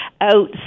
out